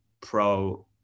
pro